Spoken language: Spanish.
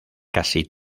casi